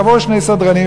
יבואו שני סדרנים,